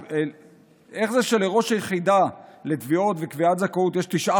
איך זה שלראש היחידה לתביעות וקביעת זכאות יש תשעה